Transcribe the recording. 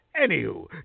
Anywho